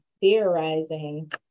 theorizing